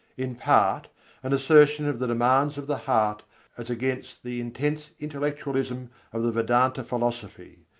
in part an assertion of the demands of the heart as against the intense intellectualism of the vedanta philosophy,